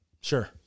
Sure